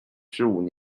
十五